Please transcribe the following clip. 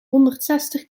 honderdzestig